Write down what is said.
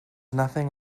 nothing